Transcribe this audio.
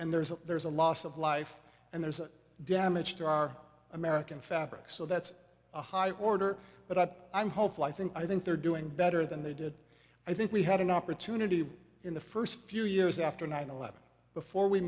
and there's a there's a loss of life and there's damage to our american fabric so that's a high order but i'm hopeful i think i think they're doing better than they did i think we had an opportunity in the first few years after nine eleven before we